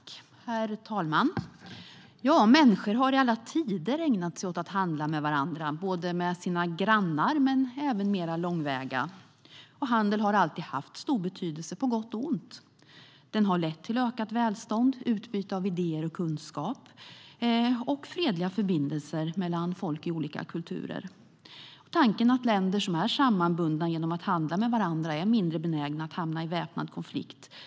Herr talman! Människor har i alla tider ägnat sig åt att handla med varandra, såväl med sina grannar som med mer långväga kontakter. Handel har alltid haft stor betydelse, på gott och ont. Den har lett till ökat välstånd, till utbyte av idéer och kunskap samt till fredliga förbindelser med olika kulturer. Tanken att länder som är sammanbundna genom handel är mindre benägna att hamna i väpnad konflikt är fortfarande aktuell.